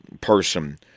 person